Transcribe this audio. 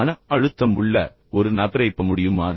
மன அழுத்தம் உள்ள ஒரு நபரைப் பமுடியுமா